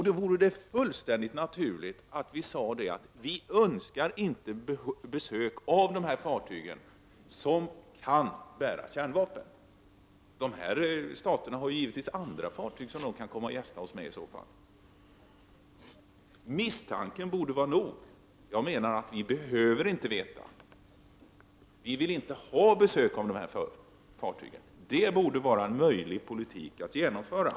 Då vore det naturligt att säga att vi inte önskar besök av de fartyg som kan bära kärnvapen. Dessa stater har givetvis andra fartyg som kan gästa oss. Misstanken borde vara nog. Jag menar att vi inte behöver veta. Vi vill inte ha besök av dessa fartyg. Det borde vara en möjlig politik att genomföra.